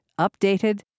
updated